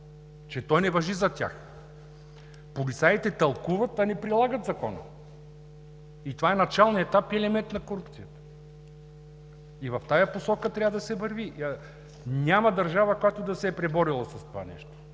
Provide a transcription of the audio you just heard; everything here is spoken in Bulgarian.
че той не важи за тях. Полицаите тълкуват, а не прилагат Закона, а това е началният етап и елемент на корупция. В тази посока трябва да се върви. Няма държава, която да се е преборила с това нещо.